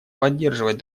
поддерживать